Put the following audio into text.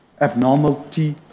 abnormality